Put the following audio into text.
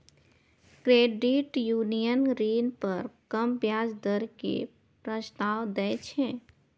credit union ऋण पर कम ब्याज दर के प्रस्ताव दै छै